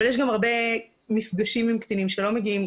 אבל יש גם הרבה מפגשים עם קטינים שלא מגיעים,